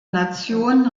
nation